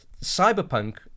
Cyberpunk